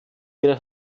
ihre